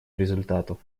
результатов